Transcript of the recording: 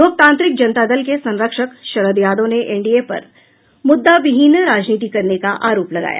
लोकतांत्रिक जनता दल के संरक्षक शरद यादव ने एनडीए पर मुद्दाविहीन राजनीति करने का आरोप लगाया